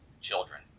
children